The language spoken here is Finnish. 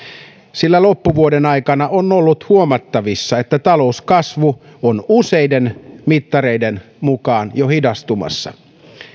sillä loppuvuoden aikana on ollut huomattavissa että talouskasvu on useiden mittareiden mukaan jo hidastumassa